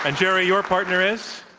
and jerry, your partner is?